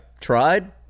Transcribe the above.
tried